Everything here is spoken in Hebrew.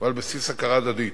ועל בסיס הכרה הדדית.